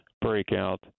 breakout